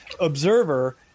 observer